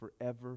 forever